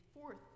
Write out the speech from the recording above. fourth